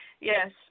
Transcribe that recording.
Yes